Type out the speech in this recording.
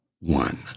one